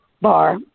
bar